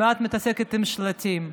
ואת מתעסקת עם שלטים.